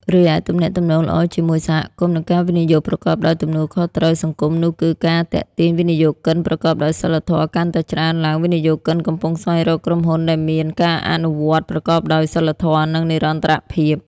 រីឯ ទំនាក់ទំនងល្អជាមួយសហគមន៍ និងការវិនិយោគប្រកបដោយទំនួលខុសត្រូវសង្គមនោះគឺ ការទាក់ទាញវិនិយោគិនប្រកបដោយសីលធម៌: កាន់តែច្រើនឡើង វិនិយោគិនកំពុងស្វែងរកក្រុមហ៊ុនដែលមាន ការអនុវត្តប្រកបដោយសីលធម៌ និងនិរន្តរភាព។